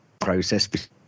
process